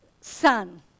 son